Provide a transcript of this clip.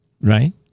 right